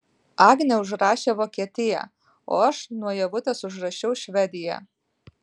agnė užrašė vokietiją o aš nuo ievutės užrašiau švediją